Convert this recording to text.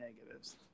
negatives